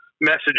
message